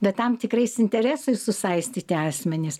bet tam tikrais interesais susaistyti asmenys